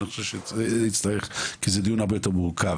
אבל אני חושב שנצטרך כי זה דיון הרבה יותר מורכב.